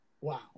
Wow